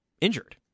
injured